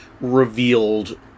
revealed